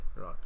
right